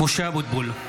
(קורא בשמות חברי הכנסת) משה אבוטבול,